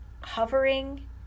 Hovering